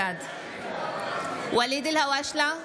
בעד ואליד אלהואשלה,